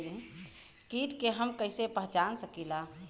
कीट के हम कईसे पहचान सकीला